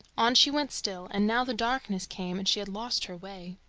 on she went still, and now the darkness came, and she had lost her way.